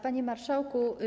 Panie Marszałku!